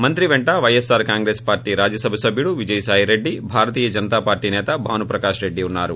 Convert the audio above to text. మంత్రి వెంట వైఎస్పార్ కాంగ్రెస్ పార్టీ రాజ్యసభ సభ్యుడు విజయసాయి రెడ్డి భారతీయ జనతా పార్టీ నేత భానుప్రకాష్ రెడ్డి ఉన్నారు